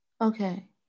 Okay